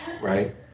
right